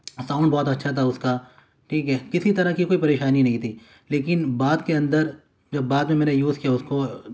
sound بہت اچھا تھا اس کا ٹھیک ہے کسی طرح کی کوئی پریشانی نہیں تھی لیکن بات کے اندر جب بعد میں میں نے یوز کیا اس کو